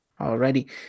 Alrighty